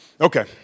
Okay